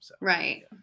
Right